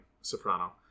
soprano